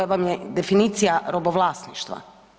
To vam je definicija robovlasništva.